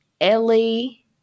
Ellie